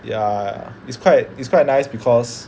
ya it's quite it's quite nice because